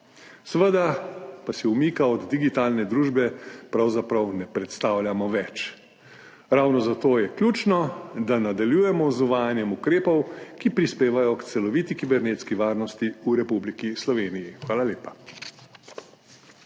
Seveda pa si umika od digitalne družbe pravzaprav ne predstavljamo več. Ravno zato je ključno, da nadaljujemo z uvajanjem ukrepov, ki prispevajo k celoviti kibernetski varnosti v Republiki Sloveniji. Hvala lepa.